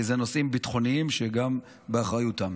כי אלה נושאים ביטחוניים שגם באחריותם.